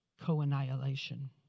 co-annihilation